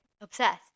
Obsessed